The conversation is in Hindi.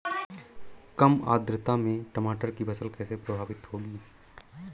कम आर्द्रता में टमाटर की फसल कैसे प्रभावित होगी?